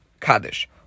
Kaddish